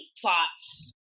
plots